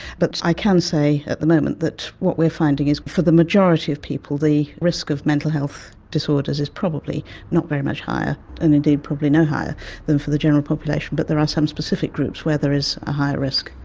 but i can say at the moment that what we are finding is for the majority of people the risk of mental health disorders is probably not very much higher and indeed probably no higher than for the general population, but there are some specific groups where there is a higher risk.